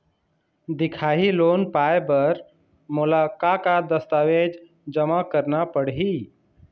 दिखाही लोन पाए बर मोला का का दस्तावेज जमा करना पड़ही?